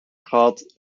gehad